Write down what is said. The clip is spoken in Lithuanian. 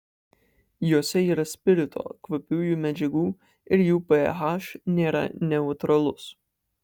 jose yra spirito kvapiųjų medžiagų ir jų ph nėra neutralus